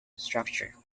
structure